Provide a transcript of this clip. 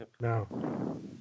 No